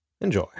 Enjoy